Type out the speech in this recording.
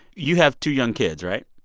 you have two young kids, right?